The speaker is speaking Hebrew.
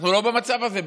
אנחנו לא במצב הזה,